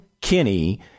Kinney